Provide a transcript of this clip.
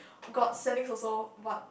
got Saint-Nic's also but